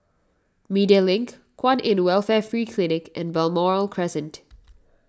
Media Link Kwan in Welfare Free Clinic and Balmoral Crescent